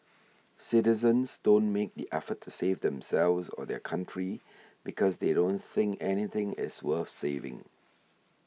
citizens don't make the effort to save themselves or their country because they don't think anything is worth saving